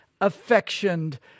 affectioned